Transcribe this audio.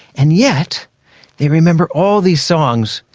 and yet they remember all these songs,